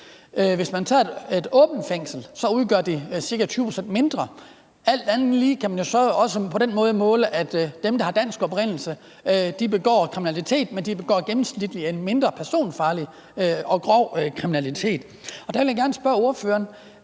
Hvis man tager et åbent fængsel, udgør de ca. 20 pct. færre. Alt andet lige kan man jo også på den måde måle, at dem, der har dansk oprindelse, godt nok begår kriminalitet, men at de gennemsnitligt begår mindre personfarlig og grov kriminalitet. Jeg vil gerne spørge ordføreren: